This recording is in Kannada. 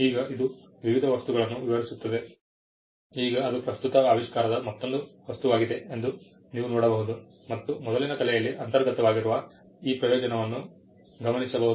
ಈಗ ಇದು ವಿವಿಧ ವಸ್ತುಗಳನ್ನು ವಿವರಿಸುತ್ತದೆ ಈಗ ಅದು ಪ್ರಸ್ತುತ ಆವಿಷ್ಕಾರದ ಮತ್ತೊಂದು ವಸ್ತುವಾಗಿದೆ ಎಂದು ನೀವು ನೋಡಬಹುದು ಮತ್ತು ಮೊದಲಿನ ಕಲೆಯಲ್ಲಿ ಅಂತರ್ಗತವಾಗಿರುವ ಈ ಪ್ರಯೋಜನವನ್ನು ಗಮನಿಸಬಹುದು